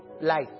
life